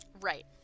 right